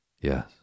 Yes